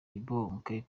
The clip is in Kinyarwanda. kibonke